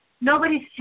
Nobody's